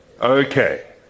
Okay